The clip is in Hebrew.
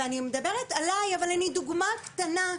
ואני מדברת עלי אבל אני דוגמה קטנה,